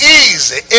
easy